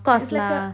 it's like a